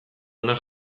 ona